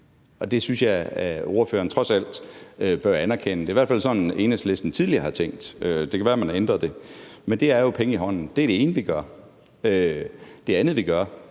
det synes jeg at ordføreren trods alt bør anerkende. Det er i hvert fald sådan, Enhedslisten tidligere har tænkt – det kan være, at man har ændret det. Men det er jo penge i hånden. Det er det ene, vi gør. Det andet, vi gør,